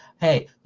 hey